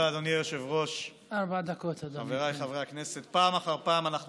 ואני חוזר על דעתי, מה שאמרתי גם היום: